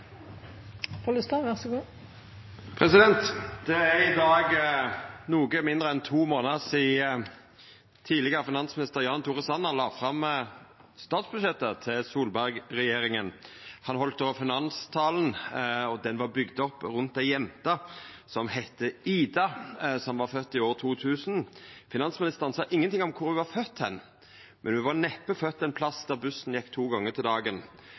Det er i dag noko mindre enn to månader sidan tidlegare finansminister Jan Tore Sanner la fram statsbudsjettet til Solberg-regjeringa. Han heldt då finanstalen, og den var bygd opp rundt ei jente som heitte Ida, fødd i år 2000. Finansministeren sa ingenting om kvar ho var fødd, men ho var neppe fødd ein plass der bussen gjekk to gonger om dagen.